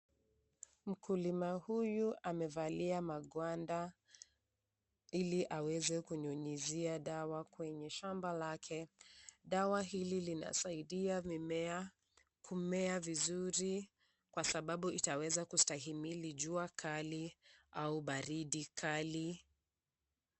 Mkulima huyu amevalia magwanda ili aweze kunyunyizia dawa kwenye shamba lake. Dawa hili linasaidia mimea kumea vizuri kwa sababu itaweza kustahimili jua kali au baridi kali.